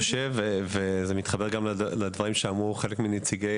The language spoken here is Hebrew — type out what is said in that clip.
זה מתחבר גם לדברים שאמרו חלק מנציגי